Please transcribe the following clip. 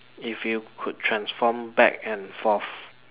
if you could transform back and forth